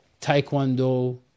Taekwondo